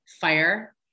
fire